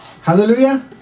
Hallelujah